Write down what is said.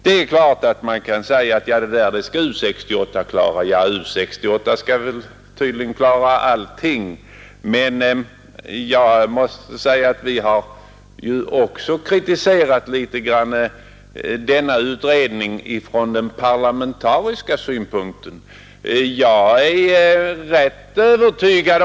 Det är klart att man kan säga: Det där skall U 68 klara! Ja, U 68 skall tydligen klara allting; men vi har också i viss mån kritiserat uredningen från parlamentarisk synpunkt.